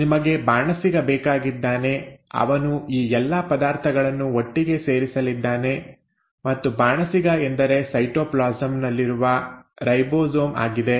ನಿಮಗೆ ಬಾಣಸಿಗ ಬೇಕಾಗಿದ್ದಾನೆ ಅವನು ಈ ಎಲ್ಲ ಪದಾರ್ಥಗಳನ್ನು ಒಟ್ಟಿಗೆ ಸೇರಿಸಲಿದ್ದಾನೆ ಮತ್ತು ಬಾಣಸಿಗ ಎಂದರೆ ಸೈಟೋಪ್ಲಾಸಂ ನಲ್ಲಿರುವ ರೈಬೋಸೋಮ್ ಆಗಿದೆ